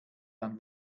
dann